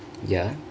ya